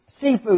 Seafood